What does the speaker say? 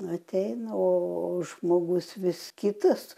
ateina o žmogus vis kitas